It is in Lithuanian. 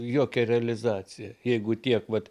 jokia realizacija jeigu tiek vat